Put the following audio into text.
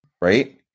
right